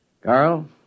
Carl